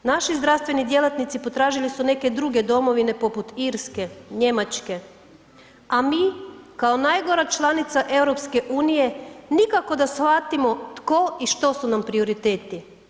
Naši zdravstveni djelatnici potražili su neke druge domovine poput Irske, Njemačke, a mi, kao najgora članica EU nikako da shvatimo tko i što su nam prioriteti.